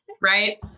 right